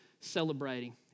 celebrating